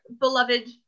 beloved